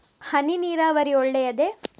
ಹನಿ ನೀರಾವರಿ ಒಳ್ಳೆಯದೇ?